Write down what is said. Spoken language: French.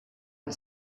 une